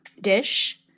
dish